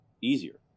easier